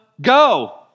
go